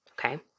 Okay